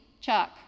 Chuck